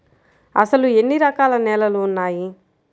అసలు ఎన్ని రకాల నేలలు వున్నాయి?